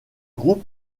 groupe